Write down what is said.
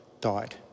died